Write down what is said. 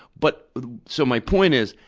but so my point is,